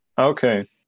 okay